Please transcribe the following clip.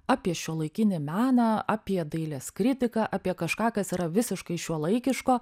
apie šiuolaikinį meną apie dailės kritiką apie kažką kas yra visiškai šiuolaikiško